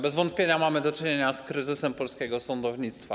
Bez wątpienia mamy do czynienia z kryzysem polskiego sądownictwa.